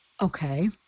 Okay